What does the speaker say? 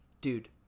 dude